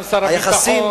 גם שר הביטחון